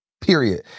Period